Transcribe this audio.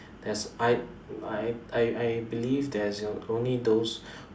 that's I I I I believe there's only those